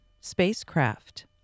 spacecraft